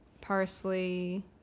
parsley